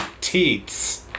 teats